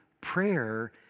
prayer